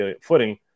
footing